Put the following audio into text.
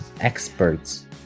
experts